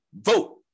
vote